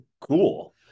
cool